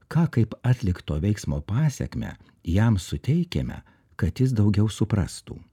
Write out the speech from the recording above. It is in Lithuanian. ką kaip atlikto veiksmo pasekmę jam suteikiame kad jis daugiau suprastų